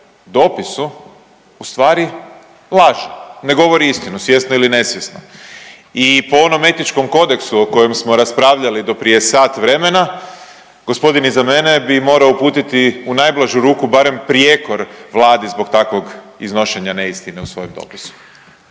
dopisu ustvari laže, ne govori istinu svjesno ili nesvjesno. I po onom etičkom kodeksu o kojem smo raspravljali do prije sat vremena, gospodin iza mene bi morao uputiti u najblažu ruku barem prijekor Vladi zbog takvog iznošenja neistine u svojem dopisu.